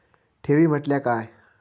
ठेवी म्हटल्या काय?